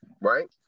right